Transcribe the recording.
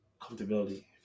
comfortability